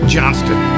Johnston